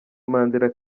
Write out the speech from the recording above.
mandela